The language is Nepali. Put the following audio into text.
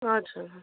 हजुर हजुर